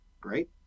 great